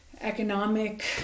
economic